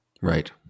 right